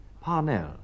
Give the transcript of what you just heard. Parnell